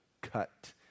cut